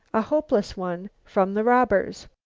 a hopeless one, from the robbers.